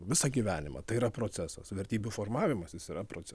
visą gyvenimą tai yra procesas vertybių formavimas jis yra proce